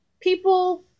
people